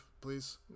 please